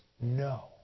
no